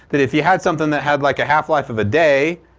that if you had something that had like a half-life of a day,